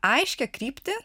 aiškią kryptį